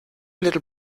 little